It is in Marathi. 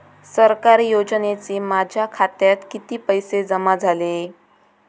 सरकारी योजनेचे माझ्या खात्यात किती पैसे जमा झाले?